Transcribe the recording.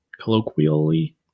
Colloquially